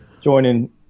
joining